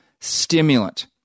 stimulant